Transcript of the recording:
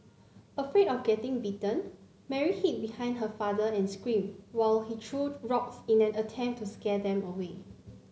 afraid of getting bitten Mary hid behind her father and screamed while he threw rocks in an attempt to scare them away